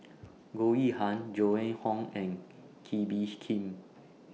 Goh Yihan Joan Hon and Kee Bee Khim